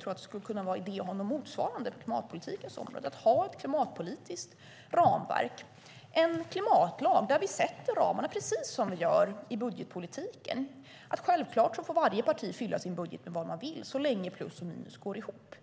tror att det skulle kunna vara en idé att ha något motsvarande på klimatpolitikens område, alltså ett klimatpolitiskt ramverk, en klimatlag där vi sätter ramarna precis som vi gör i budgetpolitiken. Självklart får varje parti fylla sin budget med vad de vill så länge plus och minus går ihop.